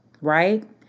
right